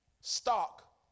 stock